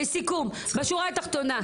לסיכום בשורה התחתונה.